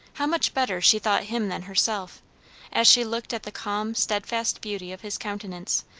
how much better she thought him than herself as she looked at the calm, stedfast beauty of his countenance,